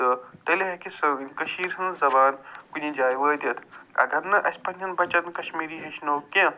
تہٕ تیٚلہِ ہیٚکہِ سُہ وٕنۍ کٔشیٖرِ ہٕنٛز زبان کُنہِ جاے وٲتِتھ اگر نہٕ اَسہِ پنٛنٮ۪ن بچن کشمیری ہیٚچھنو کیٚنٛہہ